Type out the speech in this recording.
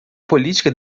política